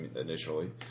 initially